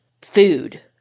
food